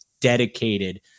dedicated